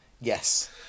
Yes